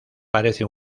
parece